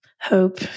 hope